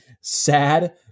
sad